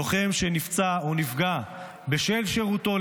לקריטריונים שנקבעו.